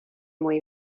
muy